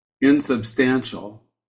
insubstantial